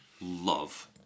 love